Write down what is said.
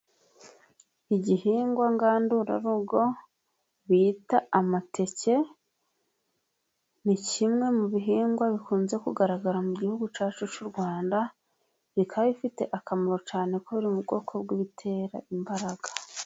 Igihingwa ngandurarugo bita amateke, ni kimwe mu bihingwa bikunze kugaragara mu gihugu cyacu cy'u Rwanda, ikaba ifite akamaro cyane kubera ubu ubwoko bw'ibitera imbaraga.